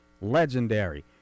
Legendary